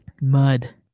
Mud